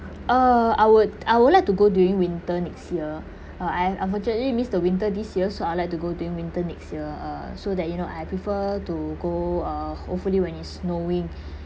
uh I would I would like to go during winter next year uh I unfortunately miss the winter this year so I would like to go during winter next year uh so that you know I prefer to go uh hopefully when it's snowing